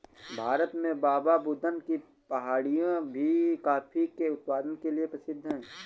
भारत में बाबाबुदन की पहाड़ियां भी कॉफी के उत्पादन के लिए प्रसिद्ध है